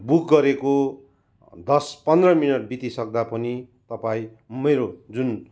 book गरेको दस पन्ध्र मिनट बितिसक्दा पनि तपाईँ मेरो जुन